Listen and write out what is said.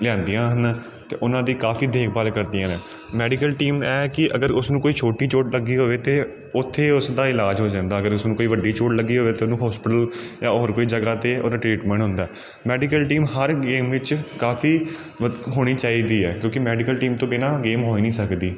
ਲਿਆਉਂਦੀਆਂ ਹਨ ਅਤੇ ਉਹਨਾਂ ਦੀ ਕਾਫੀ ਦੇਖਭਾਲ ਕਰਦੀਆਂ ਨੇ ਮੈਡੀਕਲ ਟੀਮ ਹੈ ਕਿ ਅਗਰ ਉਸ ਨੂੰ ਕੋਈ ਛੋਟੀ ਚੋਟ ਲੱਗੀ ਹੋਵੇ ਅਤੇ ਉੱਥੇ ਉਸ ਦਾ ਇਲਾਜ ਹੋ ਜਾਂਦਾ ਅਗਰ ਉਸ ਨੂੰ ਕੋਈ ਵੱਡੀ ਚੋਟ ਲੱਗੀ ਹੋਵੇ ਤਾਂ ਉਹਨੂੰ ਹੋਸਪਿਟਲ ਜਾਂ ਹੋਰ ਕੋਈ ਜਗ੍ਹਾ 'ਤੇ ਉਹਦਾ ਟਰੀਟਮੈਂਟ ਹੁੰਦਾ ਮੈਡੀਕਲ ਟੀਮ ਹਰ ਗੇਮ ਵਿੱਚ ਕਾਫੀ ਹੋਣੀ ਚਾਹੀਦੀ ਹੈ ਕਿਉਂਕਿ ਮੈਡੀਕਲ ਟੀਮ ਤੋਂ ਬਿਨਾਂ ਗੇਮ ਹੋ ਹੀ ਨਹੀਂ ਸਕਦੀ